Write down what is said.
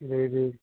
जी जी